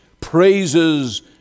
praises